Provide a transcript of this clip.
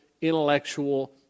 intellectual